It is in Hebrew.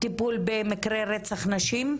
טיפול במקרי רצח נשים,